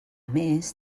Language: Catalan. més